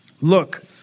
Look